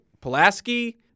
Pulaski